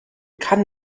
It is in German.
kann